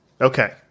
Okay